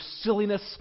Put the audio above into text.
silliness